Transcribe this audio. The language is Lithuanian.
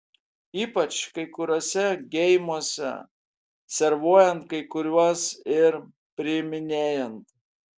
ypač kai kuriuose geimuose servuojant kai kuriuos ir priiminėjant